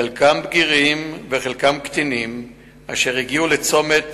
חלקם בגירים וחלקם קטינים, אשר הגיעו לצומת